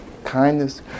kindness